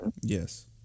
Yes